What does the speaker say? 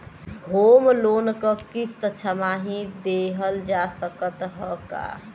Home loan क किस्त छमाही देहल जा सकत ह का?